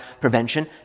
prevention